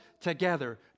together